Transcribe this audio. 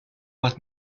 what